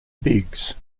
biggs